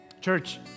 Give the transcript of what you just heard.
Church